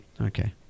Okay